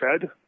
Fed